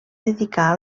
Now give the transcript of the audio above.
dedicar